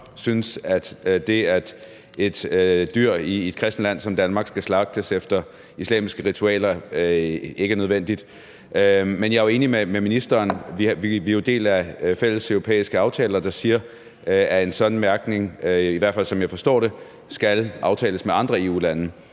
synes, at det, at et dyr i et kristent land som Danmark skal slagtes efter islamiske ritualer, ikke er nødvendigt. Men jeg er jo enig med ministeren. Vi er jo en del af fælles europæiske aftaler, der siger, at en sådan mærkning – i hvert fald som jeg forstår det – skal aftales med andre EU-lande.